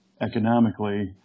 economically